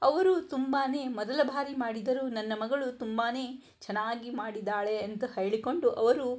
ಅವರು ತುಂಬಾ ಮೊದಲ ಬಾರಿ ಮಾಡಿದರು ನನ್ನ ಮಗಳು ತುಂಬಾ ಚೆನ್ನಾಗಿ ಮಾಡಿದ್ದಾಳೆ ಅಂತ ಹೇಳಿಕೊಂಡು ಅವರು